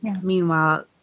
Meanwhile